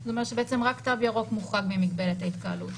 זה אומר שבעצם רק תו ירוק מוחרג ממגבלת ההתקהלות.